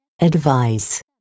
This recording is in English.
Advice